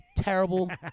Terrible